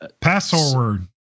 password